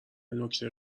نکته